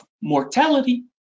mortality